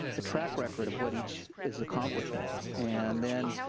a track record of what each is accomplishing and then,